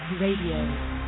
Radio